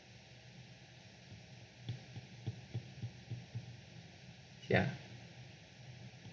ya